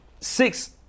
six